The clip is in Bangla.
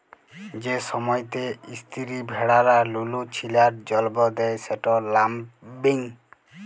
যে সময়তে ইস্তিরি ভেড়ারা লুলু ছিলার জল্ম দেয় সেট ল্যাম্বিং